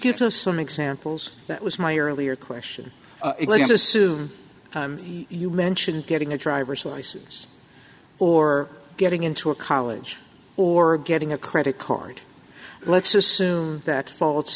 skip those some examples that was my earlier question again this is you mentioned getting a driver's license or getting into a college or getting a credit card let's assume that false